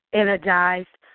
energized